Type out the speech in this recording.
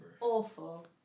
awful